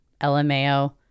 LMAO